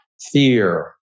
fear